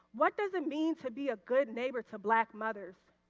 what does it mean to be a good neighbor to black mothers.